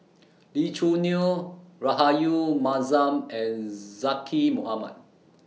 Lee Choo Neo Rahayu Mahzam and Zaqy Mohamad